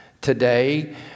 Today